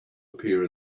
appear